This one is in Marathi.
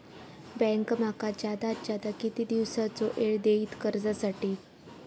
बँक माका जादात जादा किती दिवसाचो येळ देयीत कर्जासाठी?